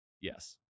yes